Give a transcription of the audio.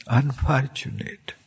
unfortunate